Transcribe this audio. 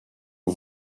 aux